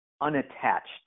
unattached